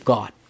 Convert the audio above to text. God